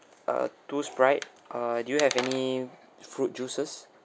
uh two sprite err do you have any fruit juices